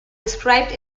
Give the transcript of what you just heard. described